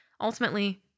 Ultimately